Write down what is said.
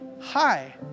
hi